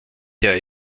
der